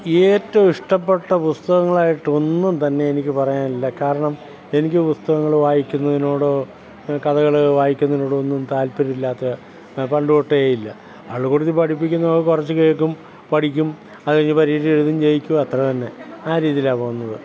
ഏറ്റവും ഇഷ്ടപ്പെട്ട പുസ്തകങ്ങളായിട്ട് ഒന്നും തന്നെ എനിക്ക് പറയാനില്ല കാരണം എനിക്ക് പുസ്തകങ്ങൾ വായിക്കുന്നതിനോടോ കഥകൾ വായിക്കുന്നതിനോടോ ഒന്നും താൽപ്പര്യമില്ലാത്ത പണ്ട് തൊട്ടേ ഇല്ല പള്ളിക്കൂടത്തിൽ പഠിപ്പിക്കുന്നത് കുറച്ച് കേൾക്കും പഠിക്കും അത് കഴിഞ്ഞു പരീക്ഷ എഴുതും ജയിക്കും അത്ര തന്നെ ആ രീതിയിലാണ് പോകുന്നത്